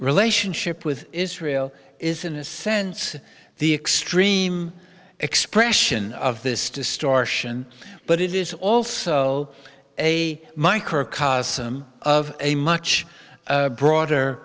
relationship with israel is in a sense the extreme expression of this distortion but it is also a microcosm of a much broader